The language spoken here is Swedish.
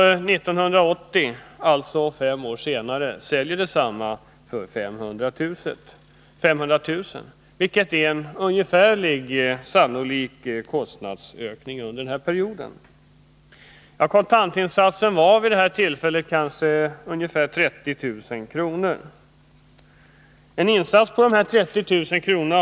och 1980, alltså fem år senare, säljer detsamma för 500 000 kr., vilket är en ganska sannolik prisökning under denna period! Kontantinsatsen vid det här tillfället kanske var ungefär 30000 kr. En insats på 30000 kr.